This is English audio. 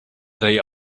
they